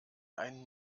einen